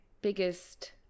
biggest